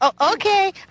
Okay